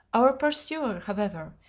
our pursuer, however,